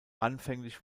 anfänglich